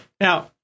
now